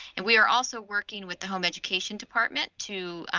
and we are also working with the home education department to,